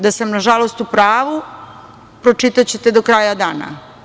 Da sam, nažalost, u pravu pročitaćete do kraja dana.